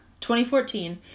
2014